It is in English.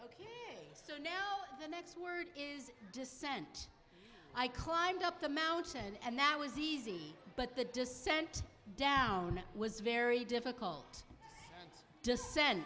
ok so now the next word is descent i climbed up the mountain and that was easy but the descent down was very difficult